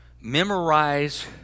Memorize